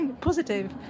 Positive